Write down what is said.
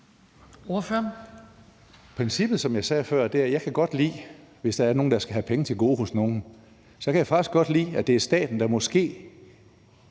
Princippet, som jeg sagde før, er, at jeg godt kan lide, hvis der er nogen, der skal have penge til gode hos nogen, at det er staten, der måske